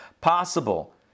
possible